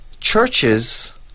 churches